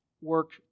work